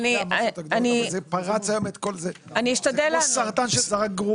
אני כן חייבת לציין ולהזכיר לכולנו בהקשר של החקיקה הזאת שצריך לזכור